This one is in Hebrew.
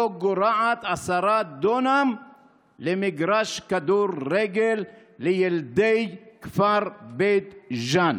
וגורעת עשרה דונם ממגרש כדורגל לילדי הכפר בית ג'ן.